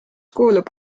kuulub